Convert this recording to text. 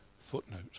Footnote